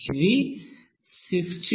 అది 62